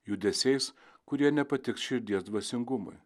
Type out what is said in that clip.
judesiais kurie nepatiks širdies dvasingumui